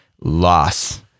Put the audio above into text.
loss